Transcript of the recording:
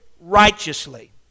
righteously